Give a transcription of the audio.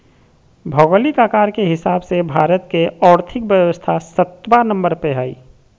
भौगोलिक आकार के हिसाब से भारत के और्थिक व्यवस्था सत्बा नंबर पर हइ